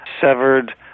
severed